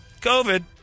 COVID